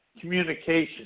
communication